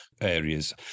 areas